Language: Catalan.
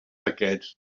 paquets